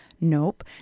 Nope